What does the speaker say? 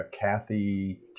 kathy